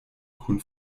kun